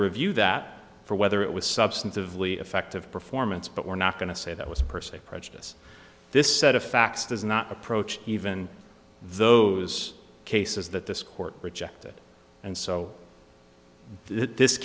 review that for whether it was substantively effective performance but we're not going to say that was per se prejudice this set of facts does not approach even those cases that this court rejected and so this